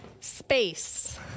space